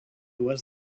was